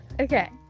Okay